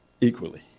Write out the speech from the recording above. equally